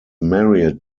married